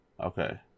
Okay